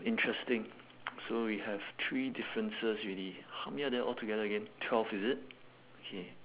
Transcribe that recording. interesting so we have three differences already how many are there altogether again twelve is it okay